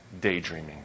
daydreaming